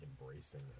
embracing